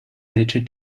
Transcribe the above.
editor